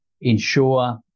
ensure